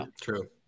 true